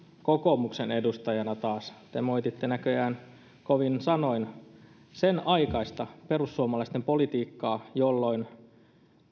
kokoomuksen edustajana taas te moititte näköjään kovin sanoin senaikaista perussuomalaisten politiikkaa jolloin